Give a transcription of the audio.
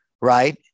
right